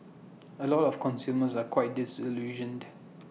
A lot of consumers are quite disillusioned